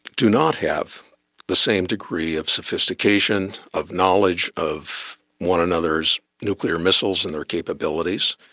do not have the same degree of sophistication, of knowledge of one another's nuclear missiles and their capabilities.